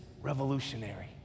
revolutionary